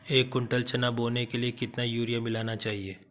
एक कुंटल चना बोने के लिए कितना यूरिया मिलाना चाहिये?